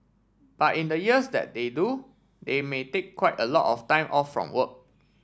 but in the years that they do they may take quite a lot of time off from work